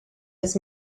his